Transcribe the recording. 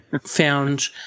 found